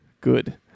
Good